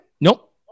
Nope